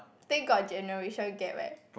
then got generation gap eh